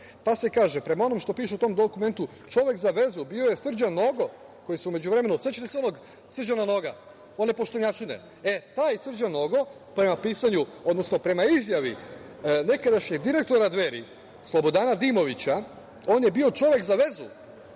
pa se kaže, prema onome što piše u tom dokumentu, čovek za vezu bio je Srđan Nogo, koji se u međuvremenu, sećate se onog Srđana Noga, one poštenjačine, e, taj Srđan Nogo, prema izjavi nekadašnjeg direktora Dveri Slobodana Dimovića, on je bio čovek za vezu